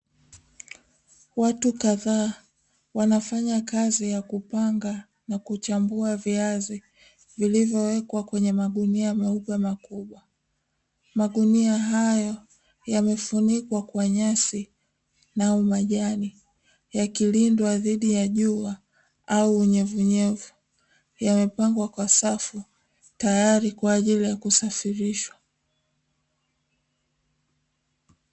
Watu kazaa wanafanyakazi ya kupanga na kuchambua viazi vilivyowekwa kwenye magunia meupe makubwa. Magunia hayo yamefunikwa kwa nyasi au majani yakilindwa dhidi ya jua au unyevunyevu, yamepangwa kwa safu tayari kwa kusafirishwa.